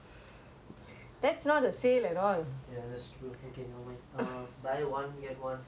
oh ya that's true okay never mind buy one get one free I guess for durain haters